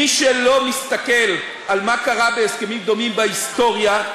מי שלא מסתכל על מה שקרה בהסכמים דומים בהיסטוריה,